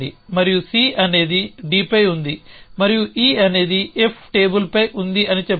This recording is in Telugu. మరియు C అనేది Dపై ఉంది మరియు E అనేది F టేబుల్పై ఉంది అని చెప్పండి